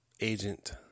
agent